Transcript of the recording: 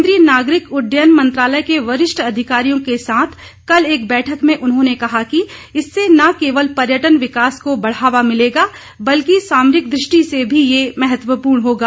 केंद्रीय नागरिक उड्डयन मंत्रालय के वरिष्ठ अधिकारियों के साथ कल एक बैठक में उन्होंने कहा इससे न केवल पर्यटन विकास को बढ़ावा मिलेगा बल्कि सामरिक दृष्टि से भी यह महत्वपूर्ण होगा